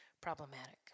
problematic